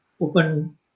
open